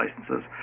licenses